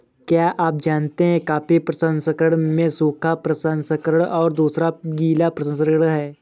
क्या आप जानते है कॉफ़ी प्रसंस्करण में सूखा प्रसंस्करण और दूसरा गीला प्रसंस्करण है?